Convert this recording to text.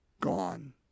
gone